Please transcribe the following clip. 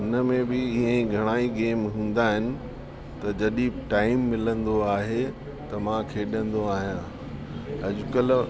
उन में बि ईअं ई घणा ई गेम हूंदा आहिनि त जॾहिं टाइम मिलंदो आहे त मां खेॾंदो आहियां अॼकल्ह